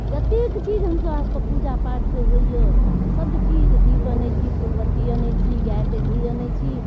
जतेक चीज हमसभ हमरासभके पूजापाठके होइए सबचीज दीप आनै छी फुलबत्ती आनै छी गाइके घी आनै छी